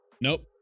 nope